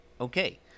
Okay